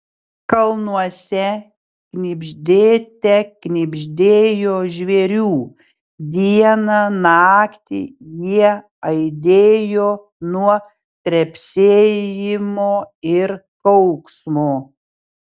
kalnuose knibždėte knibždėjo žvėrių dieną naktį jie aidėjo nuo trepsėjimo ir kauksmo